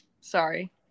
sorry